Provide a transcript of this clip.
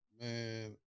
Man